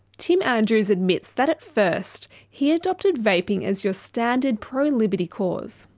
tim andrews admits that at first, he adopted vaping as your standard pro-liberty cause.